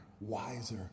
wiser